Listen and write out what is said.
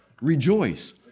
Rejoice